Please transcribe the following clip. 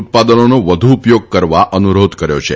ઉત્પાદનોનો વધુ ઉપયોગ કરવા અનુરોધ કર્યો છે